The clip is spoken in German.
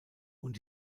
und